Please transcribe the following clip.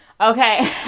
Okay